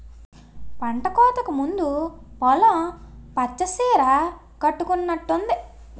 పంటకోతకు ముందు పొలం పచ్చ సీర కట్టుకునట్టుంది